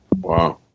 Wow